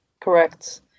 correct